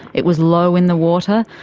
it was low in the water,